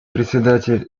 председатель